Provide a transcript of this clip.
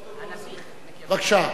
בבקשה.